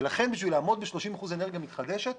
לכן כדי לעמוד ב-30 אחוזים אנרגיה מתחדשת,